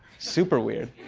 super weird.